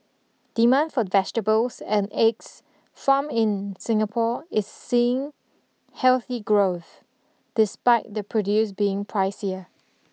demand for vegetables and eggs farmed in Singapore is seeing healthy growth despite the produce being pricier